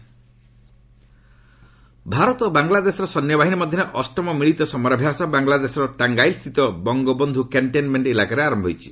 Indo Bengal Bharat ଓ ବାଙ୍ଗଲାଦେଶର ସୈନ୍ୟବାହିନୀ ମଧ୍ୟରେ ଅଷ୍ଟମ ମିଳିତ ସମରାଭ୍ୟାସ ବାଙ୍ଗଳାଦେଶର ଟାଙ୍ଗାଇଲ୍ ସ୍ଥିତ ବଙ୍ଗୋ ବନ୍ଧୁ କ୍ୟାଷ୍ଟନମେଣ୍ଟ ଇଲାକାରେ ଆରମ୍ଭ ହୋଇଛି